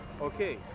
Okay